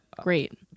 great